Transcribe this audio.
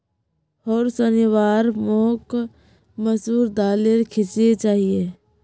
होर शनिवार मोक मसूर दालेर खिचड़ी चाहिए